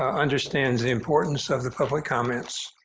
um understands the importance of the public comments.